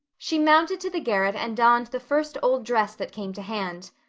she mounted to the garret and donned the first old dress that came to hand.